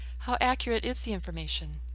how accurate is the information?